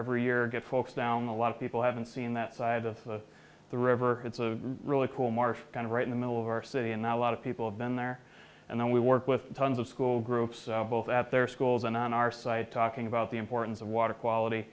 every year get folks down a lot of people haven't seen that side of the river it's a really cool marsh kind of right in the middle of our city and that a lot of people have been there and we work with tons of school groups both at their schools and on our site talking about the importance of water quality